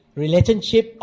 Relationship